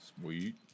Sweet